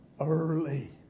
early